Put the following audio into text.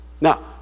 Now